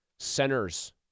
Centers